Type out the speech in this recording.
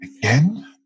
again